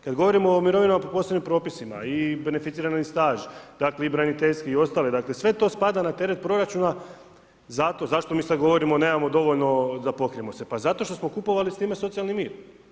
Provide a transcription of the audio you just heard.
Kad govorimo o mirovinama po posebnim propisima i beneficirani staž, dakle i braniteljski i ostali, dakle sve to spada na teret proračuna, zašto mi sad govorimo nemao dovoljno da pokrijemo sebe, pa zato što smo kupovali s time socijalni mir.